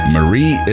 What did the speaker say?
Marie